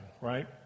right